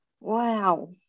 Wow